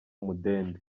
mudende